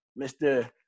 Mr